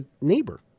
neighbor